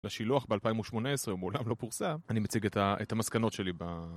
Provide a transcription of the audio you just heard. לשילוח ב-2018, הוא מעולם לא פורסם, אני מציג את המסקנות שלי ב...